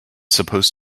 supposed